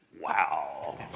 wow